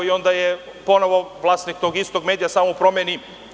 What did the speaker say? I onda je ponovo vlasnik tog istog medija samo promeni.